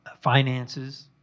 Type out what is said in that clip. finances